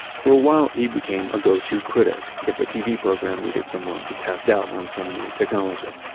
for a while he became a go to critic if a tv program needed someone to cast doubt on some new technology.